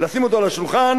לשים אותו על השולחן,